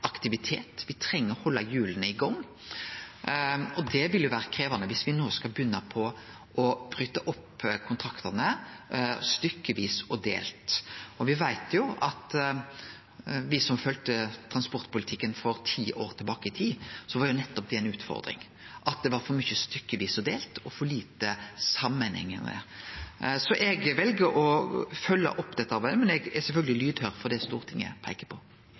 aktivitet, treng å halde hjula i gang. Det ville jo vore krevjande viss me no skulle begynne å bryte opp kontraktane, stykkevis og delt. Og me som følgde transportpolitikken ti år tilbake i tid, veit jo at nettopp det var ei utfordring, at det var for mykje stykkevis og delt og for lite samanhengande. Så eg vel å følgje opp dette arbeidet, men eg er sjølvsagt lydhøyr for det Stortinget peiker på.